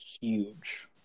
huge